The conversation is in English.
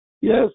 Yes